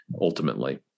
Ultimately